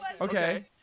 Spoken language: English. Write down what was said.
Okay